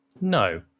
no